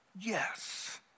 Yes